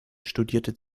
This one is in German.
studierte